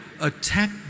attack